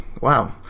Wow